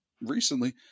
recently